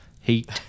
heat